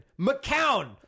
McCown